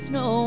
no